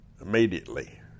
immediately